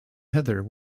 heather